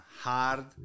hard